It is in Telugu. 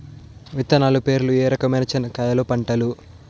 విత్తనాలు పేర్లు ఏ రకమైన చెనక్కాయలు పంటలు?